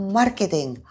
marketing